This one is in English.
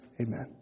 Amen